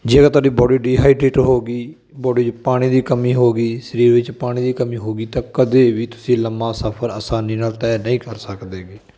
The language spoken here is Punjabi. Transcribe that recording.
ਜੇਕਰ ਤੁਹਾਡੀ ਬੋਡੀ ਡੀਹਾਈਡਰੇਟ ਹੋ ਗਈ ਬੋਡੀ 'ਚ ਪਾਣੀ ਦੀ ਕਮੀ ਹੋ ਗਈ ਸਰੀਰ ਵਿੱਚ ਪਾਣੀ ਦੀ ਕਮੀ ਹੋ ਗਈ ਤਾਂ ਕਦੇ ਵੀ ਤੁਸੀਂ ਲੰਮਾ ਸਫ਼ਰ ਅਸਾਨੀ ਨਾਲ ਤੈਅ ਨਹੀਂ ਕਰ ਸਕਦੇ ਹੈਗੇ